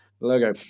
logo